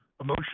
emotion